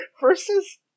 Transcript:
Versus